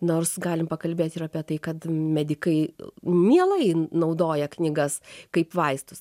nors galim pakalbėt ir apie tai kad medikai mielai naudoja knygas kaip vaistus